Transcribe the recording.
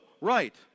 Right